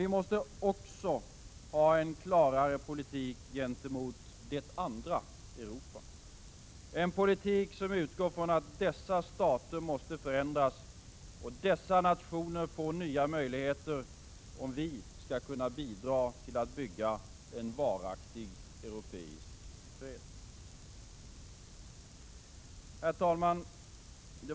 Vi måste också få en klarare politik gentemot ”det andra Europa”, som utgår från att dessa stater måste förändras och att dessa nationer måste få nya möjligheter, om vi skall kunna bidra till att bygga en varaktig europeisk fred. Herr talman!